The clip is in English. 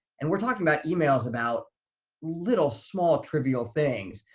and we're talking about emails about little small trivial things.